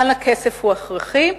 כאן הכסף הוא הכרחי.